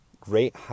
Great